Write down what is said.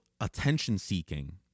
attention-seeking